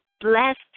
blessed